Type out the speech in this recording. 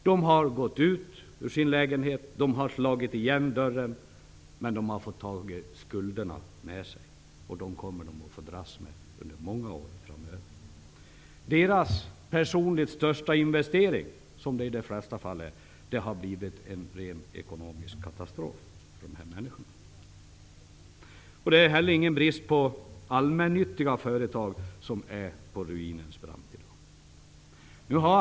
De har slagit igen dörren och lämnat sina lägenheter -- men de har tagit skulderna med sig, och de kommer att få dras med dem under många år framöver. Deras personligt största investering, vilket det är fråga om i de flesta fall, har blivit en ren ekonomisk katastrof. Det är heller ingen brist på allmännyttiga företag som står på ruinens brant.